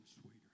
sweeter